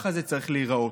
ככה זה צריך להיראות.